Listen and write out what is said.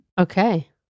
Okay